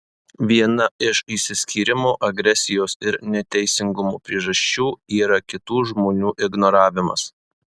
viena iš išsiskyrimo agresijos ir neteisingumo priežasčių yra kitų žmonių ignoravimas